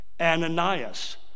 Ananias